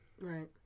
Right